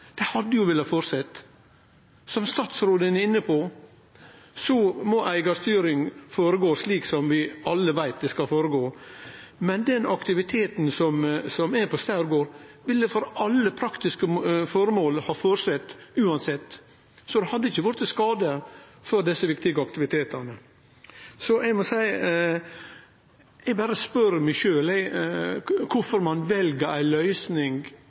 hadde vilja halde fram. Som statsråden er inne på, må eigarstyring føregå slik vi alle veit det skal føregå, men den aktiviteten som er på Staur gård, ville for alle praktiske formål ha halde fram uansett. Det hadde ikkje vore til skade for desse viktige aktivitetane. Så eg må seie: Eg berre spør meg sjølv kvifor ein vel ei